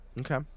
Okay